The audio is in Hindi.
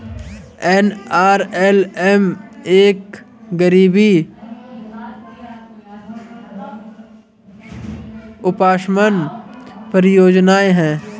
एन.आर.एल.एम एक गरीबी उपशमन परियोजना है